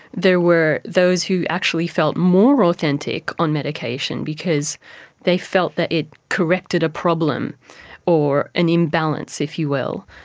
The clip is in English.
there were those who actually felt more authentic on medication because they felt that it corrected a problem or an imbalance, if you will,